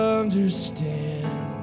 understand